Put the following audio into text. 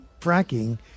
fracking